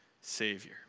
Savior